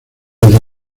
desde